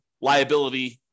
liability